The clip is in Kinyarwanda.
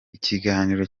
ikiganiro